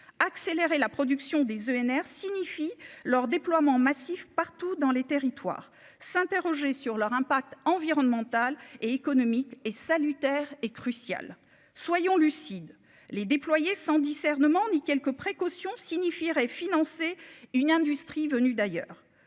accélérer la production des ENR signifie leur déploiement massif partout dans les territoires, s'interroger sur leur impact environnemental et économique et salutaire est crucial, soyons lucides, les déployer sans discernement ni quelques précautions signifierait financer une industrie venus d'ailleurs